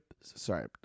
sorry